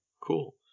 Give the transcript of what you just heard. Cool